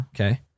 Okay